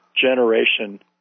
generation